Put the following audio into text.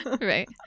right